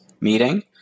meeting